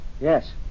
Yes